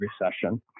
Recession